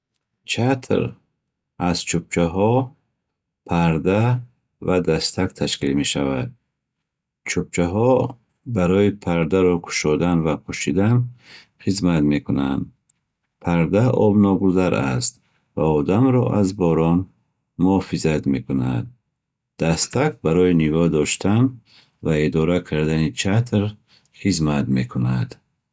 Чатр аз чӯбчаҳо, парда ва дастак ташкил мешавад. Чӯбчаҳо барои пардаро кушодан ва пӯшидан хизмат мекунанд. Парда обногузар аст ва одамро аз борон муҳофизат мекунад. Дастак барои нигоҳ доштан ва идора кардани чатр хизмат мекунад.